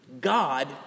God